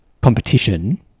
competition